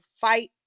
fight